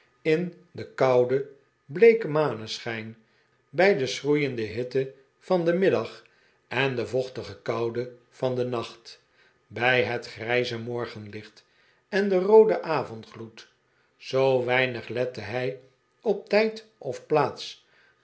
in den kouden bleeken maneschijn bij de schroeiende hitte van den middag en de vochtige koude van den nacht bij het grijze morgenlicht en den rooden avondgloed zoo weinig lette hij op tijd of plaats